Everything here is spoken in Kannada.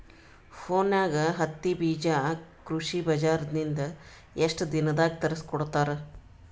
ಫೋನ್ಯಾಗ ಹತ್ತಿ ಬೀಜಾ ಕೃಷಿ ಬಜಾರ ನಿಂದ ಎಷ್ಟ ದಿನದಾಗ ತರಸಿಕೋಡತಾರ?